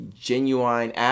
genuine